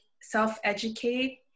self-educate